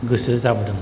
गोसो जाबोदों